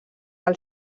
del